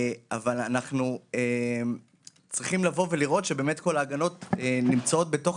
אבל אנחנו צריכים לראות שכל ההגנות נמצאות בתוך